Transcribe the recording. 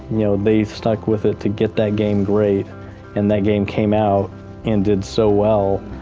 you know they stuck with it, to get that game great and that game came out and did so well,